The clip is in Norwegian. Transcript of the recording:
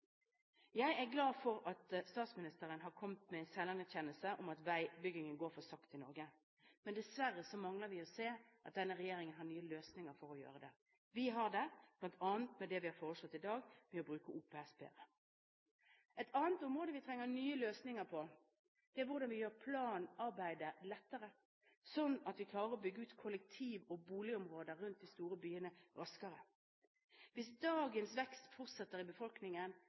Jeg er glad for at statsministeren har kommet med en selverkjennelse med hensyn til at veibyggingen går for sakte i Norge. Men dessverre står det igjen å se at denne regjeringen har nye løsninger på dette området. Vi har det, bl.a. med det vi har foreslått i dag om å bruke OPS bedre. Et annet område vi trenger nye løsninger på, er hvordan vi gjør planarbeidet lettere, slik at vi klarer å bygge ut kollektiv- og boligområder rundt de store byene raskere. Hvis dagens vekst fortsetter i befolkningen,